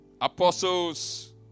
Apostles